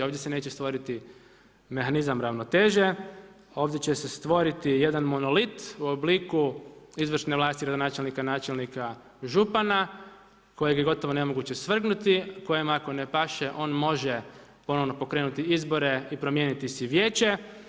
Ovdje se neće stvoriti mehanizam ravnoteže, ovdje će se stvoriti jedan monolit u obliku izvršne vlasti gradonačelnika, načelnika, župana kojeg je gotovo nemoguće svrgnuti, kojem ako ne paše on može ponovno pokrenuti izbore i promijeniti si vijeće.